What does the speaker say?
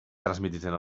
transmititzen